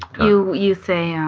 you you say,